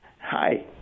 Hi